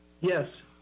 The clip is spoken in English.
Yes